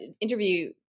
interview